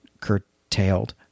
curtailed